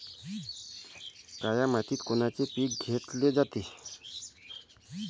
काळ्या मातीत कोनचे पिकं घेतले जाते?